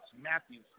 Matthews